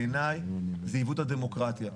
בעיניי זה עיוות הדמוקרטיה.